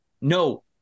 no